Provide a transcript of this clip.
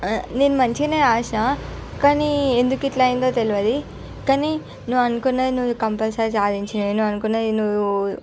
నేను మంచిగనే రాసాను కానీ ఎందుకు ఇట్లా అయిందో తెలియదు కానీ నువ్వు అనుకున్నది నువ్వు కంపల్సరీ సాధించు నేను అనుకున్నది నువ్వూ